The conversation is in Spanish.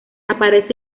aparece